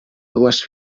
dues